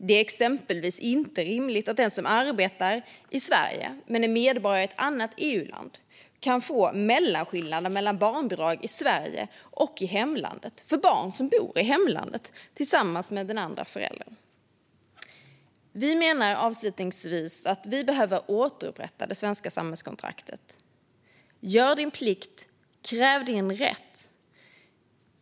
Det är exempelvis inte rimligt att den som arbetar i Sverige men är medborgare i ett annat EU-land kan få mellanskillnaden mellan barnbidraget i Sverige och barnbidraget i hemlandet för barn som bor i hemlandet tillsammans med den andra föräldern. Vi menar, avslutningsvis, att det svenska samhällskontraktet behöver återupprättas. Devisen "Gör din plikt, kräv din rätt!"